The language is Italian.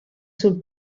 sul